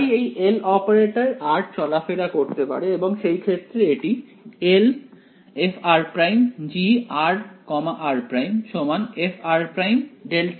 তাই এই L অপারেটরে r চলাফেরা করতে পারে এবং সেই ক্ষেত্রে এটি Lfr′gr r′ fr′δr r′ হয়ে যায়